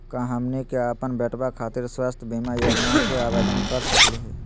का हमनी के अपन बेटवा खातिर स्वास्थ्य बीमा योजना के आवेदन करे सकली हे?